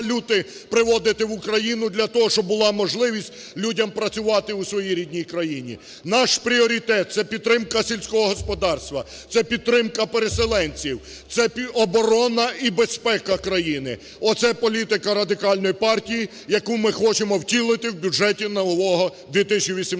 Наш пріоритет – це підтримка сільського господарства, це підтримка переселенців, це оборона і безпека країни. Оце політика Радикальної партії, яку ми хочемо втілити в бюджеті нового 2018 року.